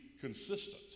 consistent